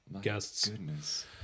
guests